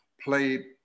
played